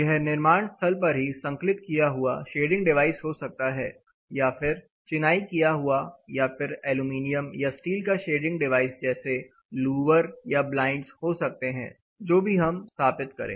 यह निर्माण स्थल पर ही संकलित किया हुआ शेडिंग डिवाइस हो सकता है या फिर चिनाई किया हुआ या फिर एलुमिनियम या स्टील का शेडिंग डिवाइस जैसे लुवर या ब्लाइंडस हो सकते हैं जो भी हम स्थापित करें